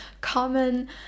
common